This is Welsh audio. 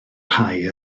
rhai